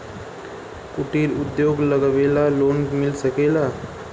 कुटिर उद्योग लगवेला लोन मिल सकेला?